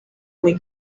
muy